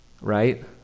right